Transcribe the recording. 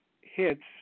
hits